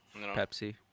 Pepsi